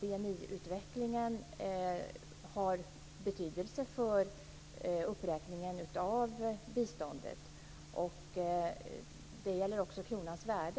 BNI-utvecklingen har självklart en betydelse för uppräkningen av biståndet. Det gäller också kronans värde.